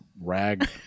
rag